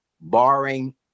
barring